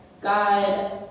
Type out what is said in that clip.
God